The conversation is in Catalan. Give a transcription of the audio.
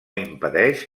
impedeix